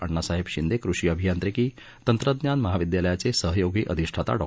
अण्णासाहेब शिंदे कृषी अभियांत्रिकी तंत्रज्ञान महाविद्यालयाचे सहयोगी अधिष्ठाता डॉ